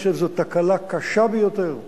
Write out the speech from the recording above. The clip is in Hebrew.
אני חושב שזאת תקלה קשה ביותר,